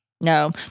no